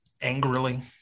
Angrily